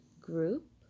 group